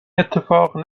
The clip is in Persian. اتفاق